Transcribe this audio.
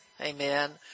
amen